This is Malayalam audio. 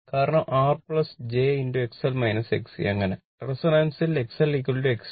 കാരണം R j അങ്ങനെ റെസൊണൻസിൽ XLXC